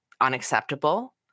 unacceptable